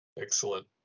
Excellent